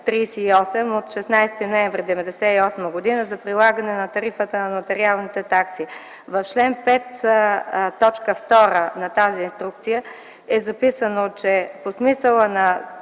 от 16 ноември 1998 г. за прилагане на тарифата на нотариалните такси. В чл. 5, т. 2 на тази инструкция е записано, че „По смисъла на